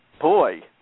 boy